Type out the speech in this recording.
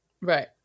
Right